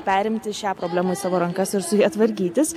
perimti šią problemą į savo rankas ir su ja tvarkytis